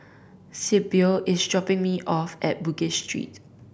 Sibyl is dropping me off at Bugis Street